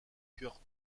kurt